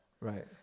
Right